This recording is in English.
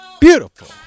beautiful